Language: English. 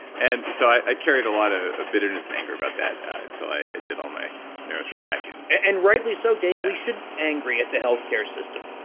and so i carried a lot of ah bitterness and anger about that until i did all my neuro-feedback and and rightly so dave, we should be angry at the healthcare system,